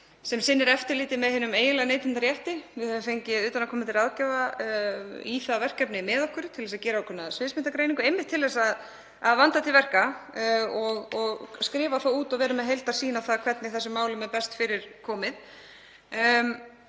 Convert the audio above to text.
sem sinnir eftirliti með hinum eiginlega neytendarétti. Við höfum fengið utanaðkomandi ráðgjafa í það verkefni með okkur til að gera ákveðna sviðsmyndagreiningu, einmitt til að vanda til verka og skrifa það út og vera með heildarsýn á það hvernig þessum málum er best fyrir komið.